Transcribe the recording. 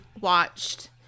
watched